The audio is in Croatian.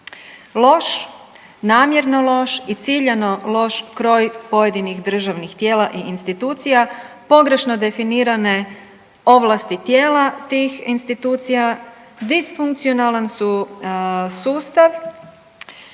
Loš, namjerno loš i ciljano loš kroj pojedinih državnih tijela i institucija, pogrešno definirane ovlasti tijela tih institucija, disfunkcionalan su sustav,